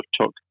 took